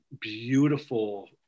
beautiful